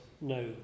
no